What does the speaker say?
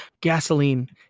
gasoline